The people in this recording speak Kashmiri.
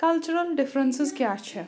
کَلچُرَل دِفرنٛسٕز کیٛاہ چھےٚ